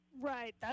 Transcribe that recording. Right